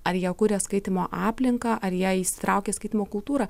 ar jie kuria skaitymo aplinką ar jie įsitraukia į skaitymo kultūrą